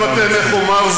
עכשיו אתם, איך אומר זאת,